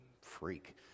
freak